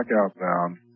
outbound